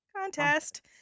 contest